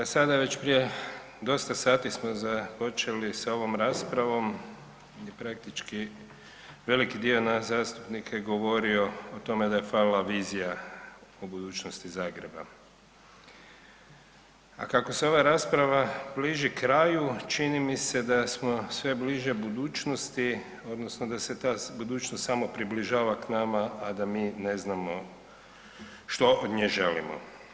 Sada već prije dosta sati smo započeli sa ovom raspravom i praktički veliki dio nas zastupnika je govorio o tome da je falila vizija o budućnosti Zagreba, a kako se ova rasprava bliži kraju čini mi se da smo sve bliže budućnosti odnosno da se ta budućnost samo približava k nama, a da mi ne znamo što od nje želimo.